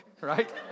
right